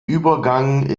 übergang